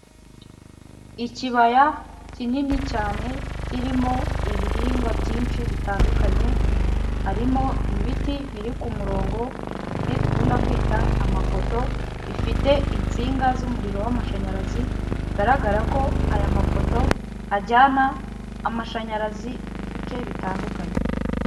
Ikibaya kinini cyane kirimo ibihingwa byinshi bitandukanye. Harimo ibiti biri ku murongo imwe dukunda kwita amapoto. Bifite insinga z'umuriro w'amashanyarazi bigaragara ko aya mapoto ajyana amashanyarazi mu bice bitandukanye.